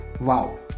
Wow